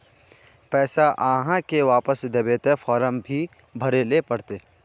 पैसा आहाँ के वापस दबे ते फारम भी भरें ले पड़ते?